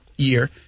year